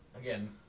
Again